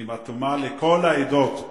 היא אטומה לכל העדות.